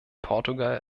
portugal